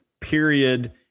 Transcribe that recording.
period